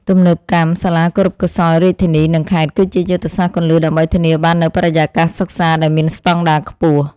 ទំនើបកម្មសាលាគរុកោសល្យរាជធានីនិងខេត្តគឺជាយុទ្ធសាស្ត្រគន្លឹះដើម្បីធានាបាននូវបរិយាកាសសិក្សាដែលមានស្តង់ដារខ្ពស់។